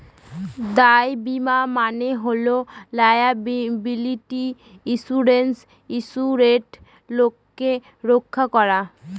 দায় বীমা মানে হল লায়াবিলিটি ইন্সুরেন্সে ইন্সুরেড লোককে রক্ষা করা